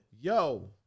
Yo